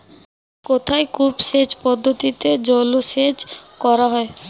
কোথায় কূপ সেচ পদ্ধতিতে জলসেচ করা হয়?